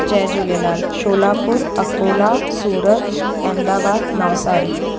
जय झूलेलाल छोलापुर अकोला सूरत अहमदाबाद नवसारी